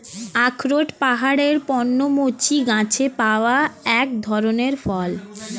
আখরোট পাহাড়ের পর্ণমোচী গাছে পাওয়া এক ধরনের ফল